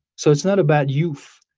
so it's not about youth.